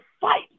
fight